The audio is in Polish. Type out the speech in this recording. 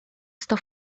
sto